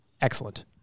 excellent